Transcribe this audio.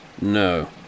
No